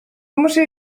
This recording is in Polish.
muszę